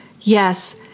Yes